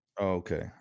Okay